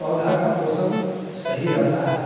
पौधा का पोषण सही रहता है